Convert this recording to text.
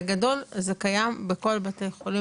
בגדול זה קיים בכל בתי החולים,